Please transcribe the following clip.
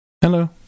hello